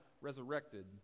resurrected